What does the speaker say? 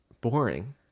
boring